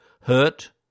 hurt